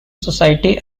society